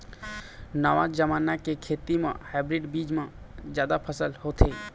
नवा जमाना के खेती म हाइब्रिड बीज म जादा फसल होथे